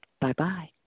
Bye-bye